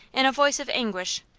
in a voice of anguish.